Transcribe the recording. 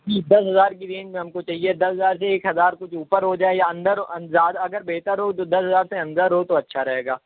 جی دس ہزار کی رینج میں ہم کو چاہیے دس ہزار سے ایک ہزار کچھ اوپر ہو جائے یا اندر زیاد اگر بہتر ہو تو دس ہزار سے اندر ہو تو اچھا رہے گا